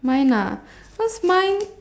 mine ah cause mine